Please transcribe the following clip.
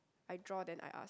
I draw then I ask